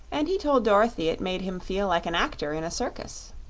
and he told dorothy it made him feel like an actor in a circus.